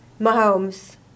Mahomes